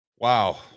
Wow